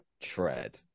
tread